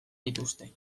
dituzte